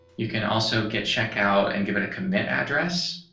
you can also get check out and give it a command address.